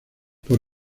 por